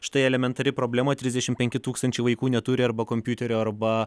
štai elementari problema trisdešim penki tūkstančiai vaikų neturi arba kompiuterio arba